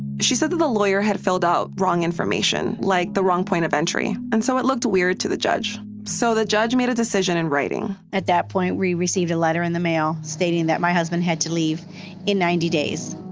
she said that the lawyer had filled out wrong information, like the wrong point of entry. and so it looked weird to the judge. so the judge made a decision in writing at that point, we received a letter in the mail stating that my husband had to leave in ninety days